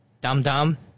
dum-dum